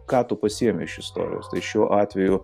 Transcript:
ką tu pasiimi iš istorijos tai šiuo atveju